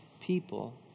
people